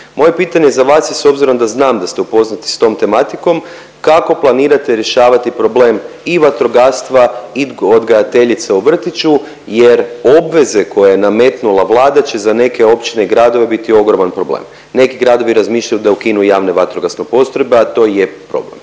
Moje pitanje za vas je s obzirom da znam da ste upoznati s tom tematikom, kako planirate rješavati problem i vatrogastva i odgajateljica u vrtiću jer obveze koje je nametnula Vlada će za neke općine i gradove biti ogroman problem? Neki gradovi razmišljaju da ukinu javne vatrogasne postrojbe, a to je problem.